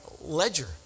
ledger